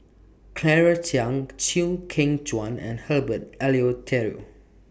Claire Chiang Chew Kheng Chuan and Herbert Eleuterio